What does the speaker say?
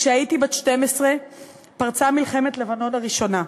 כשהייתי בת 12 פרצה מלחמת לבנון הראשונה.